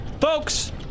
folks